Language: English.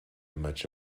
much